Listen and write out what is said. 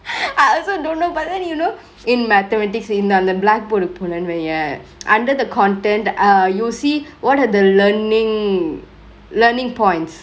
I also don't know but then you know in mathematics அந்த:anthe blackboard கு போனனு வையே:ku ponenu vaiyee under the content err you'll see what are the learningk learningk points